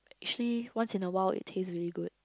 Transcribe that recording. actually once in a while it taste really good